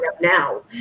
now